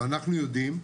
אבל אנחנו יודעים,